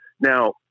Now